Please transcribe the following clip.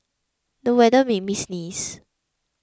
the weather made me sneeze